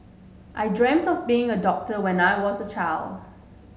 I dreamt of being a doctor when I was a child